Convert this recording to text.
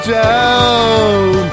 down